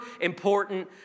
important